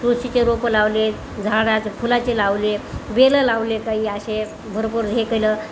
तुळशीचे रोपं लावले झाडाचे फुलाचे लावले वेलं लावले काही असे भरपूर हे केलं